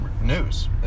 news